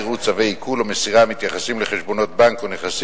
יראו צווי עיקול או מסירה המתייחסים לחשבונות בנק או נכסים